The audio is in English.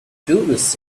tourists